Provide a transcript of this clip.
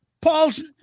Paul's